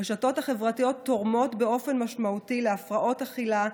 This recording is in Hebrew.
הרשתות החברתיות תורמות באופן משמעותי להפרעות אכילה,